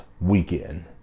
weekend